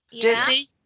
Disney